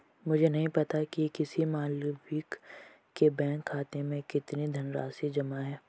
मुझे नही पता कि किसी मालविका के बैंक खाते में कितनी धनराशि जमा है